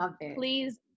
Please